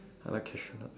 I like cashew nuts